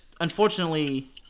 unfortunately